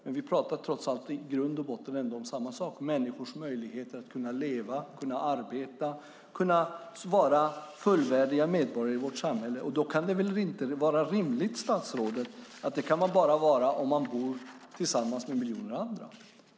Men vi talar trots allt om samma sak, nämligen människors möjligheter att leva, arbeta och vara fullvärdiga medborgare i vårt samhälle. Då är det väl inte rimligt, statsrådet, att man bara ska kunna vara det om man bor tillsammans med miljoner andra?